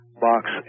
Box